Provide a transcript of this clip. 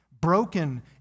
broken